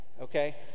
Okay